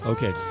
Okay